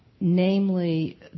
namely